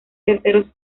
terceros